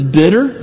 bitter